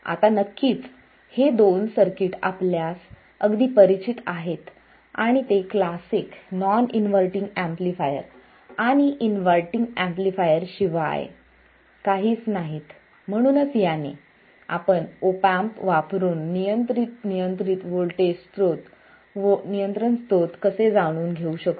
आता नक्कीच हे दोन सर्किट आपल्यास अगदी परिचित आहेत आणि ते क्लासिक नॉन इन्व्हर्टींग एम्पलीफायर आणि इनव्हर्टींग एम्पलीफायर शिवाय काहीच नाहीत म्हणूनच याने आपण ऑप एम्प वापरुन नियंत्रण स्त्रोत कसे जाणून घेऊ शकतो